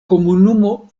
komunumo